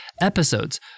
episodes